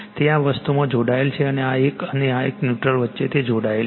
તે આ વસ્તુમાં જોડાયેલ છે અને આ એક અને આ ન્યુટ્રલ વચ્ચે તે જોડાયેલ છે